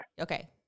Okay